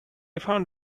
found